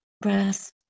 brass